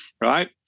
right